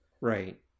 right